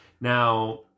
Now